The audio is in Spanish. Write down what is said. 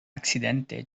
accidente